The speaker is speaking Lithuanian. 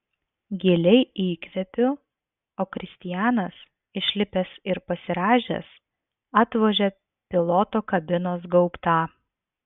giliai įkvepiu o kristianas išlipęs ir pasirąžęs atvožia piloto kabinos gaubtą